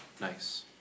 nice